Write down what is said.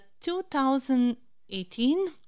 2018